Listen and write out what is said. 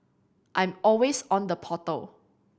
I'm always on the portal